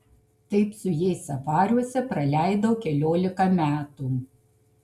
taip su jais safariuose praleidau keliolika metų